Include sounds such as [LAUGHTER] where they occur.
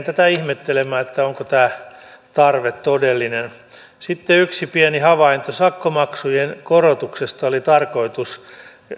[UNINTELLIGIBLE] tätä ihmettelemään onko tämä tarve todellinen sitten yksi pieni havainto sakkomaksujen korotuksesta oli tarkoitus